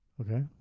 Okay